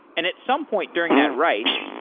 and at some point during that write,